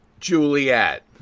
Juliet